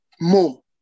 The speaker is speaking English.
more